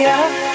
up